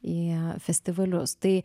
į festivalius tai